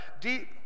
deep